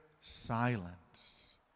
silence